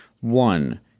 One